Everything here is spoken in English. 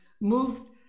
moved